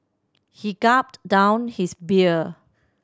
he gulped down his beer